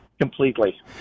Completely